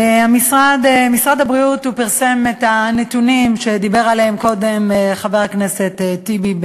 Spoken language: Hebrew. משרד הבריאות פרסם את הנתונים שדיבר עליהם קודם חבר הכנסת טיבי.